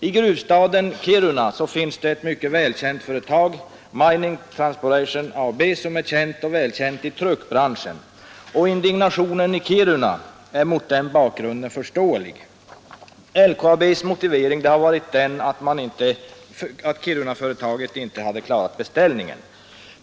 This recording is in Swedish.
I gruvstaden Kiruna finns det ett ansett företag, Mining Transportation Co. AB, som är känt och välkänt i truckbranschen. Indignationen i Kiruna är mot den bakgrunden förståelig. LKAB:s motivering har varit den att Kirunaföretaget inte hade klarat beställningen.